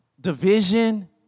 division